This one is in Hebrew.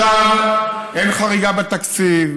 מצוין, עכשיו אין חריגה בתקציב.